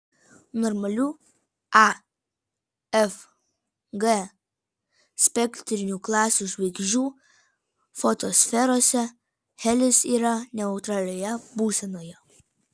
normalių a f g spektrinių klasių žvaigždžių fotosferose helis yra neutralioje būsenoje